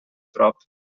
prop